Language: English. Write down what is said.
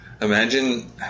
Imagine